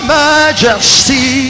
majesty